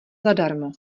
zadarmo